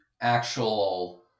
actual